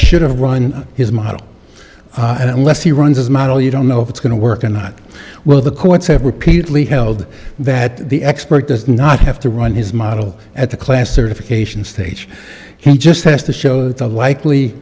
should have run his model unless he runs as a model you don't know if it's going to work and not well the courts have repeatedly held that the expert does not have to run his model at the class certification stage he just has to show the likely